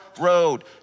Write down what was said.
road